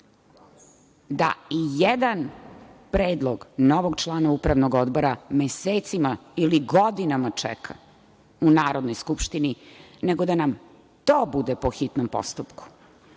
da i jedan predlog novog člana upravnog odbora mesecima ili godinama čeka u Narodnoj skupštini, nego da nam to bude po hitnom postupku